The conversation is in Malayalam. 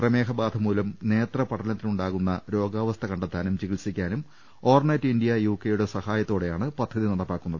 പ്രമേഹബാധ മൂലം നേത്രപടലത്തിനുണ്ടാകുന്ന രോഗാവസ്ഥ കണ്ടെത്താനും ചികി ത്സിക്കാനും ഓർണേറ്റ് ഇന്ത്യ യുകെ യുടെ സഹായത്തോടെയാണ് പദ്ധതി നടപ്പാക്കുന്നത്